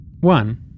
one